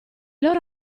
loro